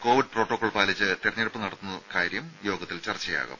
Covid protocol പാലിച്ച് തെരഞ്ഞെടുപ്പ് നടത്തുന്ന കാര്യം യോഗത്തിൽ ചർച്ചയാകും